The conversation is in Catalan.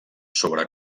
sobre